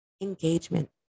engagement